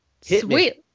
Sweet